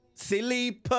Silly